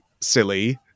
silly